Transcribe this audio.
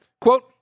Quote